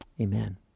amen